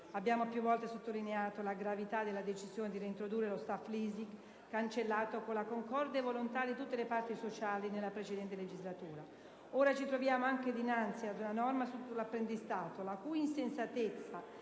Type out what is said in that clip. Abbiamo più volte sottolineato la gravità della decisione di reintrodurre lo *staff leasing*, cancellato con la concorde volontà di tutte le parti sociali nella legislatura precedente. Ora ci troviamo davanti ad una norma sull'apprendistato della cui insensatezza